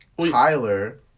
Tyler